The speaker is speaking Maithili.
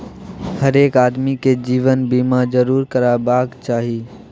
हरेक आदमीकेँ जीवन बीमा जरूर करेबाक चाही